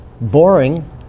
boring